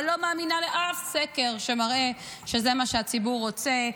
ולא מאמינה לאף סקר שמראה שזה מה שהציבור רוצה,